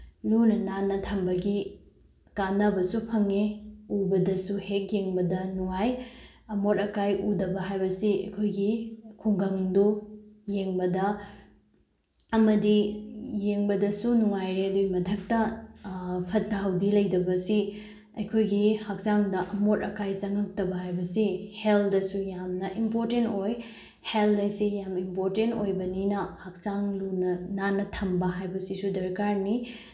ꯂꯨꯅ ꯅꯥꯟꯅ ꯊꯝꯕꯒꯤ ꯀꯥꯟꯅꯕꯁꯨ ꯐꯪꯉꯦ ꯎꯕꯗꯁꯨ ꯍꯦꯛ ꯌꯦꯡꯕꯗ ꯅꯨꯡꯉꯥꯏ ꯑꯃꯣꯠ ꯑꯀꯥꯏ ꯎꯗꯕ ꯍꯥꯏꯕꯁꯤ ꯑꯩꯈꯣꯏꯒꯤ ꯈꯨꯡꯒꯪꯗꯨ ꯌꯦꯡꯕꯗ ꯑꯃꯗꯤ ꯌꯦꯡꯕꯗꯁꯨ ꯅꯨꯡꯉꯥꯏꯔꯦ ꯑꯗꯨꯒꯤ ꯃꯊꯛꯇ ꯐꯠꯇ ꯍꯥꯎꯗꯤ ꯂꯩꯇꯕꯁꯤ ꯑꯩꯈꯣꯏꯒꯤ ꯍꯛꯆꯥꯡꯗ ꯑꯃꯣꯠ ꯑꯀꯥꯏ ꯆꯪꯉꯛꯇꯕ ꯍꯥꯏꯕꯁꯤ ꯍꯦꯜꯠꯁꯨ ꯌꯥꯝꯅ ꯏꯝꯄꯣꯔꯇꯦꯟ ꯑꯣꯏ ꯍꯦꯜꯠ ꯍꯥꯏꯁꯤ ꯌꯥꯝ ꯏꯝꯄꯣꯔꯇꯦꯟ ꯑꯣꯏꯕꯅꯤꯅ ꯍꯛꯆꯥꯡ ꯂꯨꯅ ꯅꯥꯟꯅ ꯊꯝꯕ ꯍꯥꯏꯕꯁꯤꯁꯨ ꯗꯔꯀꯥꯔꯅꯤ